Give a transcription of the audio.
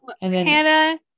Hannah